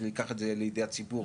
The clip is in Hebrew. שניקח את זה ליידי הציבור.